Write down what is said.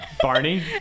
Barney